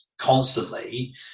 Constantly